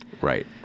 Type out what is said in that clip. Right